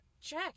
check